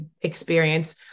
experience